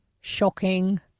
shocking